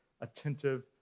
attentive